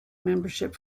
membership